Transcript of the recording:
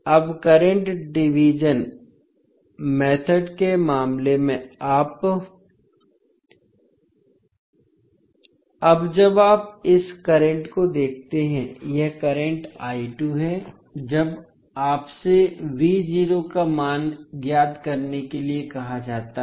अब current division method के मामले में आप अब जब आप इस करंट को देखते हैं और यह करंट है जब आपसे का मान ज्ञात करने के लिए कहा जाता है